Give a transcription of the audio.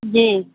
जी